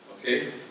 Okay